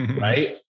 Right